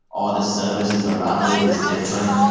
all the services around it is different.